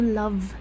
love